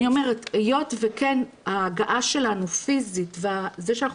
היות וכן ההגעה שלנו פיזית וזה שאנחנו